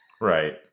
Right